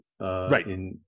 right